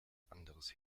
anderes